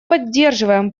поддерживаем